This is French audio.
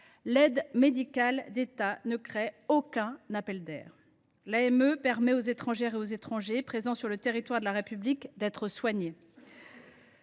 l’aide médicale de l’État ne crée aucun appel d’air. L’AME permet aux étrangers présents sur le territoire de la République d’être soignés.